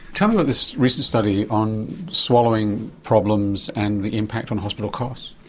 tell me about this recent study on swallowing problems and the impact on hospital costs.